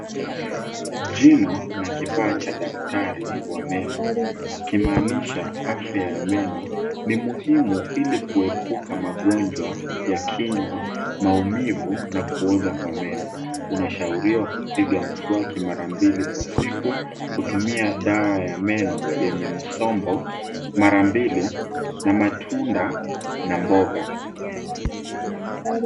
Jino na kifaa cha daktari wa meno ikimaanisha afya ya meno ni muhimu ili kuepuka magonjwa ya kinywa, maumivu na kuoza kwa meno. Unashauriwa kupiga mswaki mara mbili kwa siku kutumia dawa ya meno yenye msombo mara mbili na matunda na mboga.